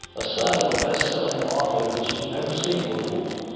a side of a best-selling author that you've never seen before.